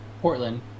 portland